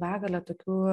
begalę tokių